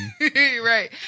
right